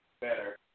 Better